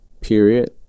period